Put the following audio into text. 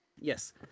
Yes